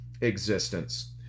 existence